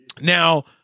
now